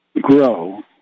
grow